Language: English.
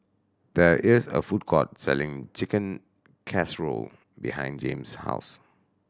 there is a food court selling Chicken Casserole behind Jame's house